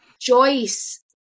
Joyce